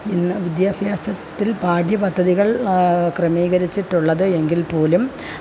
ഇന്ന് വിദ്യാഭ്യാസത്തിൽ പാഠ്യ പദ്ധതികള് ക്രമീകരിച്ചിട്ടുള്ളത് എങ്കില്പ്പോലും